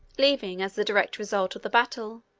leaving, as the direct result of the battle,